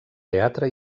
teatre